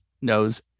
knows